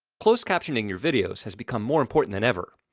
closed captioning your videos has become more important than ever,